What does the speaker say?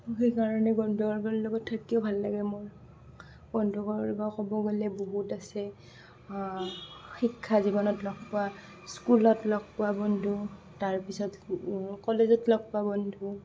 সেইকাৰণে বন্ধুবৰ্গৰ লগত থাকিও ভাল লাগে মোৰ বন্ধুবৰ্গ ক'ব গ'লে বহুত আছে শিক্ষা জীৱনত লগ পোৱা স্কুলত লগ পোৱা বন্ধু তাৰপিছত কলেজত লগ পোৱা বন্ধু